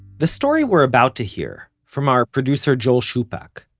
the story we're about to hear, from our producer joel shupack,